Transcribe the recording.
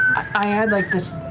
i had like this,